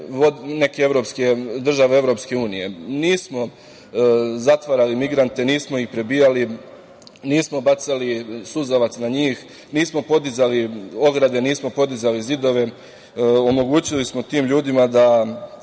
neke države EU. Nismo zatvarali migrante, nismo ih prebijali, nismo bacali suzavac na njih, nismo podizali ograde, nismo podizali zidove. Omogućili smo tim ljudima da